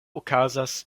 okazas